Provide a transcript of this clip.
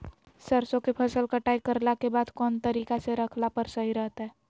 सरसों के फसल कटाई करला के बाद कौन तरीका से रखला पर सही रहतय?